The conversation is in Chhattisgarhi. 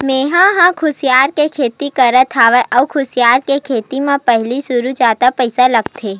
मेंहा ह कुसियार के खेती करत हँव अउ कुसियार के खेती म पहिली सुरु जादा पइसा लगथे